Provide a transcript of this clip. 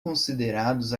considerados